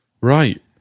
Right